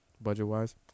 budget-wise